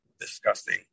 disgusting